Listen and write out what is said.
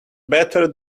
better